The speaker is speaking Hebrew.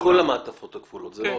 את כל המעטפות הכפולות, זה לא רק חיילים.